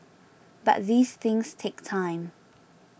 but these things take time